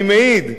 אני מעיד.